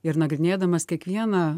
ir nagrinėdamas kiekvieną